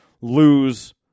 lose